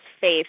faith